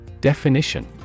Definition